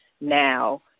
now